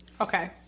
Okay